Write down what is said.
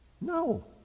No